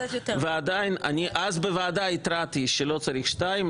וגם אז אני התרעתי בוועדה שלא צריך שניים,